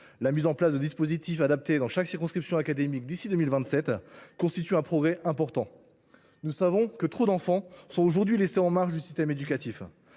La mise en place de dispositifs adaptés dans chaque circonscription académique d’ici 2027 constitue un progrès important. Nous savons que trop d’enfants sont aujourd’hui laissés en marge du système éducatif,